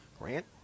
Grant